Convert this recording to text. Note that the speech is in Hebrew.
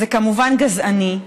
זה כמובן גזעני.